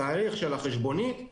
התאריך של החשבונית, זה התאריך.